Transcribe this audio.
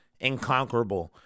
inconquerable